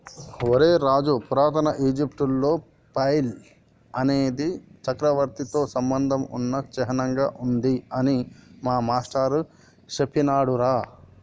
ఒరై రాజు పురాతన ఈజిప్టులో ఫైల్ అనేది చక్రవర్తితో సంబంధం ఉన్న చిహ్నంగా ఉంది అని మా మాష్టారు సెప్పినాడురా